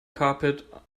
carpet